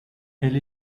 elle